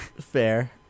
Fair